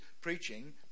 preaching